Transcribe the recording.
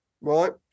Right